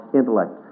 intellect